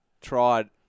tried